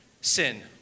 sin